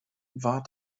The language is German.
war